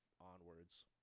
onwards